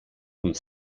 und